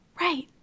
Right